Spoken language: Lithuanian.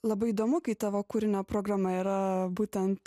labai įdomu kai tavo kūrinio programa yra būtent